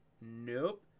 nope